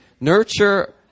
nurture